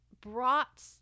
brought